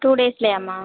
two டேஸ்லயாம்மா